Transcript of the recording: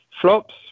flops